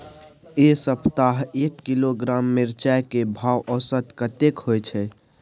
ऐ सप्ताह एक किलोग्राम मिर्चाय के भाव औसत कतेक होय छै?